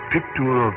Picture